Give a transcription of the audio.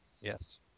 Yes